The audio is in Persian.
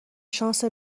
شانس